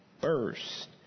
first